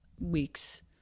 weeks